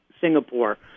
Singapore